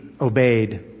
obeyed